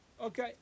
Okay